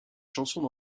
chansons